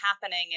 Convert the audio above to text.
happening